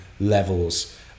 levels